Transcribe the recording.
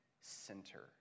center